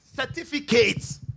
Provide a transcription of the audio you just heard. certificates